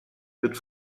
wird